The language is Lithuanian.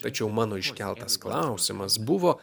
tačiau mano iškeltas klausimas buvo